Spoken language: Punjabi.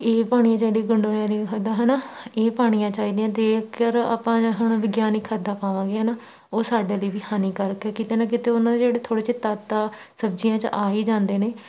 ਇਹ ਪਾਉਣੀਆਂ ਚਾਹੀਦੀਆਂ ਗੰਡੋਇਆਂ ਦੀਆਂ ਵੀ ਖਾਦਾਂ ਹੈ ਨਾ ਇਹ ਪਾਉਣੀਆਂ ਚਾਹੀਦੀਆਂ ਜੇਕਰ ਆਪਾਂ ਹੁਣ ਵਿਗਿਆਨਕ ਖਾਦਾਂ ਪਾਵਾਂਗੇ ਹੈ ਨਾ ਉਹ ਸਾਡੇ ਲਈ ਵੀ ਹਾਨੀਕਾਰਕ ਹੈ ਕਿਤੇ ਨਾ ਕਿਤੇ ਉਹਨਾਂ ਦੇ ਜਿਹੜੇ ਥੋੜ੍ਹੇ ਜਿਹੇ ਤੱਤ ਆ ਸਬਜ਼ੀਆਂ 'ਚ ਆ ਹੀ ਜਾਂਦੇ ਨੇ